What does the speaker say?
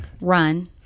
Run